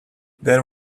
there